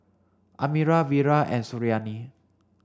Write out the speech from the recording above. Amirah Wira and Suriani